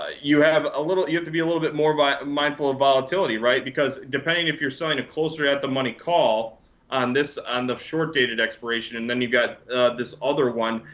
ah you have a little you have to be a little bit more but mindful of volatility, because depending if you're selling it closer at the money call on this on the short dated expiration, and then you've got this other one,